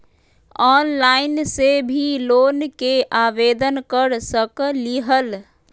Online से भी loan के आवेदन कर सकलीहल?